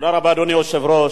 אדוני היושב-ראש,